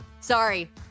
sorry